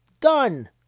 done